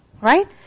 Right